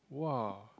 [wah]